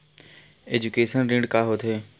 Education ऋण का होथे?